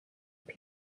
phd